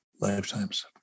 lifetimes